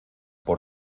por